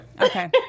Okay